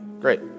great